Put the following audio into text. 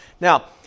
Now